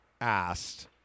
asked